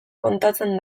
kontatzen